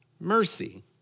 mercy